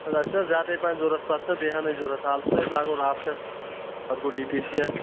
اَسہِ چھُنہ زیادَے پَہَن ضروٗرت پَتہٕ چھ بیٚیہِ ہَنٕے ضروٗرت حال چھُ اَسہِ لاگُن رافٹَس پَتہٕ گوٚو ڈی پی سی یَس